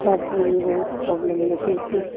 ଆପ୍ରେ ବି ବହୁତ ପ୍ରୋବ୍ଲେମ୍ ଦେଖଉଛି